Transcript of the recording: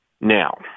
Now